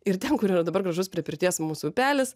ir ten kur yra dabar gražus prie pirties mūsų upelis